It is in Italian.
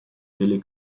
delle